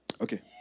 Okay